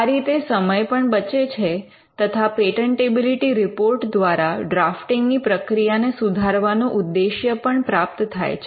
આ રીતે સમય પણ બચે છે તથા પેટન્ટેબિલિટી રિપોર્ટ દ્વારા ડ્રાફ્ટીંગ ની પ્રક્રિયાને સુધારવાનો ઉદ્દેશ્ય પણ પ્રાપ્ત થાય છે